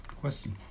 question